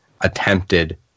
attempted